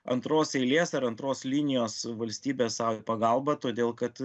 antros eilės ar antros linijos valstybes sau į pagalbą todėl kad